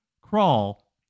crawl